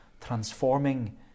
transforming